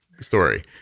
story